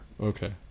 Okay